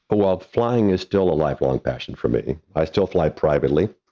well, flying is still a lifelong passion for me, i still fly privately,